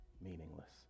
meaningless